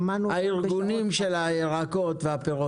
שמענו --- הארגונים של הירקות והפירות,